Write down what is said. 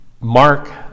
Mark